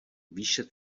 výše